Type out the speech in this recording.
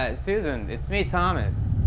ah susan, it's me, thomas.